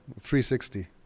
360